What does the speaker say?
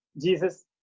Jesus